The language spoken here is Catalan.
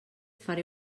faré